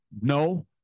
no